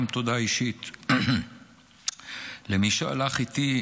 גם תודה אישית למי שהלך איתי,